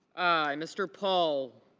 mr. paul